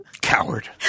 Coward